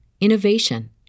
innovation